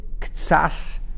ktsas